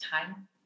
time